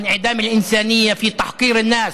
הטינופת הזאת וחוסר האנושיות בביזוי האנשים,